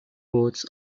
boats